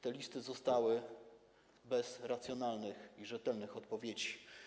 Te listy pozostały bez racjonalnych i rzetelnych odpowiedzi.